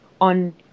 on